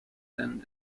then